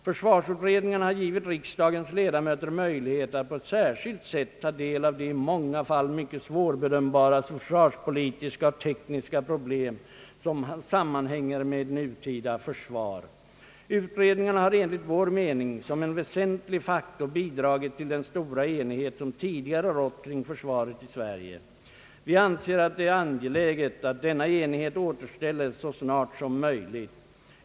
Försvarsutredningarna har givit riksdagens ledamöter möjlighet att på ett särskilt sätt ta del av de i många fall mycket svårbedömbara försvarspolitiska och tekniska problem som sammanhänger med ett nutida försvar. Utredningarna har enligt vår mening väsentligt bidragit till den stora enighet som tidigare rått kring försvaret i Sverige. Vi anser att det är angeläget att denna enighet återställes så snart som möjligt.